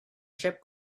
ship